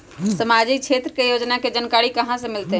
सामाजिक क्षेत्र के योजना के जानकारी कहाँ से मिलतै?